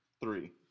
Three